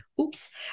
oops